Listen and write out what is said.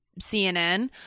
CNN